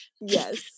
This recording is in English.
Yes